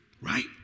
right